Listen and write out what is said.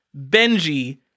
Benji